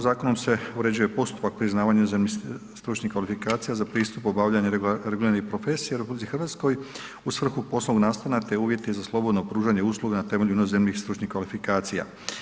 Zakonom se uređuje postupak priznavanja inozemnih stručnih kvalifikacija za pristup obavljanja reguliranih profesija u RH u svrhu poslovnog ... te uvjeti za slobodno pružanje usluga na temelju inozemnih stručnih kvalifikacija.